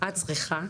את צריכה,